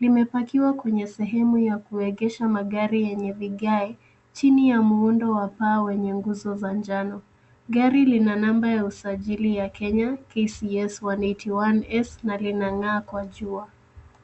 Limepakiwa kwenye sehemu ya kuegesha magari yenye vigae chini ya muundo wa paa wenye nguzo za njano. Gari lina namba ya usajili ya Kenya KCS 181S na linang'aa kwa jua.